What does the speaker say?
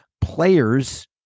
players